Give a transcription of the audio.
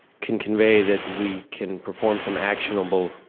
can convey that we can perform some actionable.